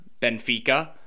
Benfica